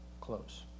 close